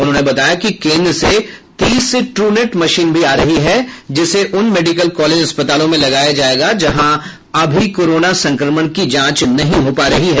उन्होंने बताया कि केंद्र से तीस ट्रू नेट मशीन भी आ रही है जिसे उन मेडिकल कॉलेज अस्पतालों में लगाया जाएगा जहां अभी कोरोना संक्रमण की जांच नहीं हो पा रही है